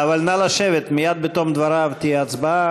אבל נא לשבת, מייד בתום דבריו תהיה הצבעה.